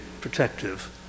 protective